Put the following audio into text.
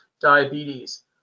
diabetes